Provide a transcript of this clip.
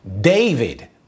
David